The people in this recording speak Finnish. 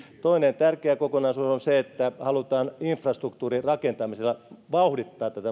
toinen tärkeä kokonaisuus on se että halutaan infrastruktuurin rakentamisella vauhdittaa